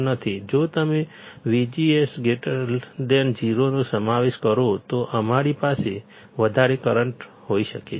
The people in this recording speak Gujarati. જો તમે VGS 0 નો વધારો કરો તો અમારી પાસે વધારે કરંટ હોઈ શકે છે